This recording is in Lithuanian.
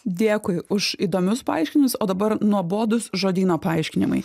dėkui už įdomius paaiškinus o dabar nuobodūs žodyno paaiškinimai